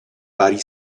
vari